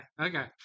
okay